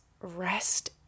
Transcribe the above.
rest